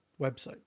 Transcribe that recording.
website